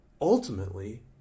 ultimately